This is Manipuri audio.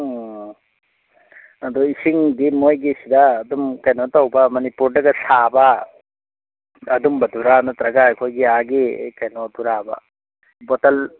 ꯎꯝ ꯑꯗꯣ ꯏꯁꯤꯡꯗꯤ ꯃꯣꯏꯒꯤ ꯁꯤꯗ ꯑꯗꯨꯝ ꯀꯩꯅꯣ ꯇꯧꯕ ꯃꯅꯤꯄꯨꯔꯗꯒ ꯁꯥꯕ ꯑꯗꯨꯝꯕꯗꯨꯔꯥ ꯅꯠꯇ꯭ꯔꯒ ꯑꯩꯈꯣꯏꯒꯤ ꯑꯥꯒꯤ ꯀꯩꯅꯣꯗꯨꯔꯥꯕ ꯕꯣꯇꯜ